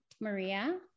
Maria